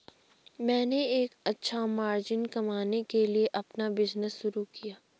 मैंने एक अच्छा मार्जिन कमाने के लिए अपना बिज़नेस शुरू किया है